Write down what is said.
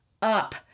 up